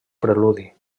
preludi